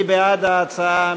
מי בעד ההצעה?